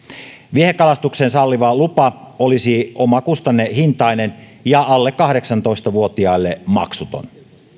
viehekalastuksen salliva lupa olisi omakustannehintainen ja alle kahdeksantoista vuotiaille maksuton